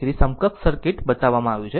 તેથી સમકક્ષ સર્કિટ બતાવવામાં આવ્યું છે